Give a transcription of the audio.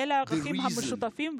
אלה הערכים המשותפים,